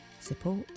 support